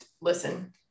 listen